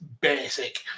basic